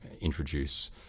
introduce